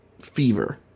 Fever